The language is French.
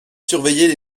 surveillaient